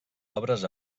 obres